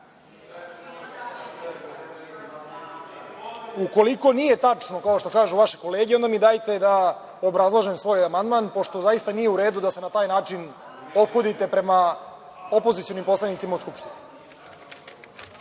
sali. Ukoliko nije tačno, kao što kažu vaše kolege, onda mi dajte da obrazlažem svoj amandman pošto zaista nije u redu da se na taj način ophodite prema opozicionim poslanicima u